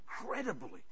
incredibly